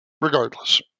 regardless